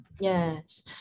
Yes